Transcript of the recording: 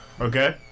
Okay